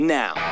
now